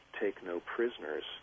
take-no-prisoners